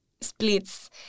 splits